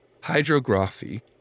Hydrography